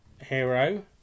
hero